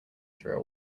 through